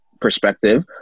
perspective